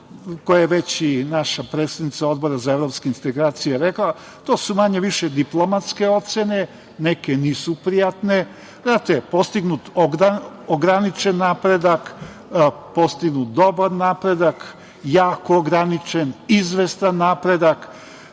koje već i naša predsednica Odbora za evropske integracije rekla, to su manje-više diplomatske ocene, neke nisu prijatne. Znate, postignut ograničen napredak, postignut dobar napredak, jako ograničen, izvestan napredak